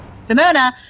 Simona